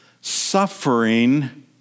suffering